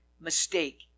mistake